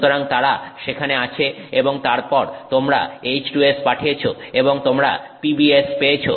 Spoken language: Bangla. সুতরাং তারা সেখানে আছে এবং তারপর তোমরা H2S পাঠিয়েছো এবং তোমরা PbS পেয়েছ